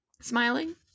smiling